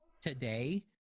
today